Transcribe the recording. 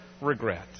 regret